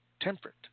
temperate